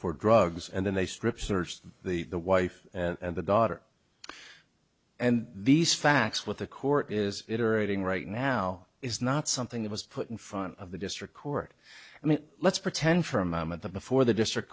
for drugs and then they strip searched the the wife and the daughter and these facts with the court is iterating right now is not something that was put in front of the district court i mean let's pretend for a moment the before the district